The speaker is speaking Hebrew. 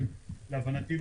ולהבנתי,